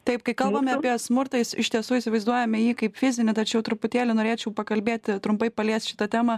taip kai kalbame apie smurtą jis iš tiesų įsivaizduojame jį kaip fizinį tačiau truputėlį norėčiau pakalbėti trumpai paliest šitą temą